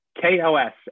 KOS